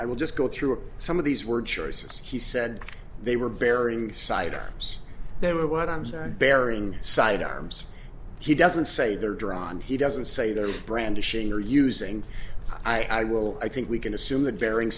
i will just go through some of these were choices he said they were burying the site or they were what i'm saying bearing sidearms he doesn't say they're drawn he doesn't say they're brandishing or using i will i think we can assume that bearing